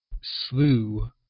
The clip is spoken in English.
slew